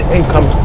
income